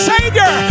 Savior